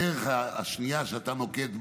בדרך השנייה שאתה נוקט,